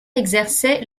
exerçait